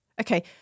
Okay